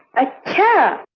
i tell.